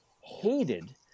hated